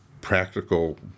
practical